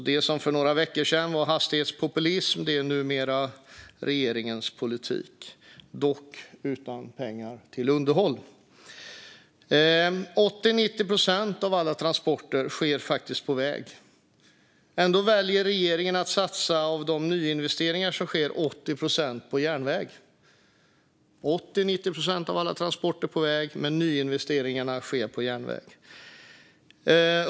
Det som för några veckor sedan var hastighetspopulism är alltså numera regeringens politik, dock utan pengar till underhåll. 80-90 procent av alla transporter sker faktiskt på väg. Ändå väljer regeringen att satsa 80 procent av nyinvesteringarna på järnväg. 80-90 procent av alla transporter sker på väg, men nyinvesteringarna sker på järnväg.